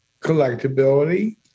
collectability